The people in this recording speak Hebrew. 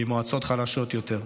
ממועצות חלשות יותר.